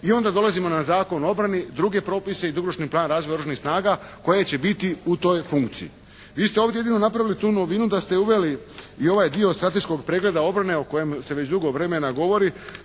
i onda dolazimo na Zakon o obrani, druge propise i dugoročni plan razvoja Oružanih snaga koje će biti u toj funkciji. Vi ste ovdje jedino napravili tu novinu da ste uveli i ovaj dio strateškog pregleda obrane o kojem se već dugo vremena govori,